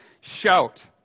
Shout